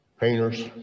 Painters